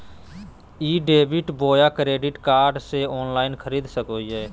ई debit बोया credit card से online खरीद सको हिए?